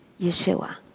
Yeshua